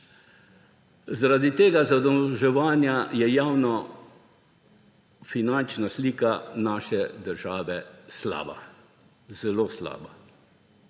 zaradi tega zadolževanja je javnofinančna slika naše države slaba, zelo slaba,